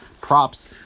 props